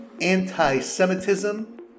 anti-Semitism